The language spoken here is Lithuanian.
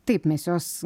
taip mes jos